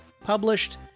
published